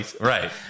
right